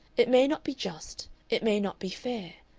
it may not be just, it may not be fair,